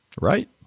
right